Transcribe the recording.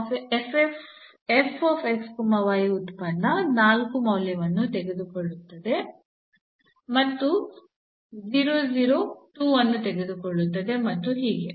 ಆದ್ದರಿಂದ ನಲ್ಲಿ ಉತ್ಪನ್ನ 4 ಮೌಲ್ಯವನ್ನು ತೆಗೆದುಕೊಳ್ಳುತ್ತದೆ ಮತ್ತು 2 ಅನ್ನು ತೆಗೆದುಕೊಳ್ಳುತ್ತದೆ ಮತ್ತು ಹೀಗೆ